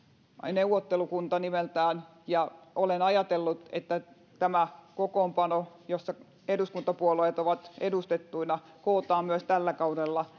neuvottelukunta nimeltään ja olen ajatellut että tämä kokoonpano jossa eduskuntapuolueet ovat edustettuina kootaan myös tällä kaudella